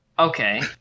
Okay